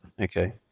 Okay